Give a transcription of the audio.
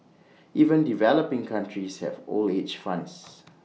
even developing countries have old age funds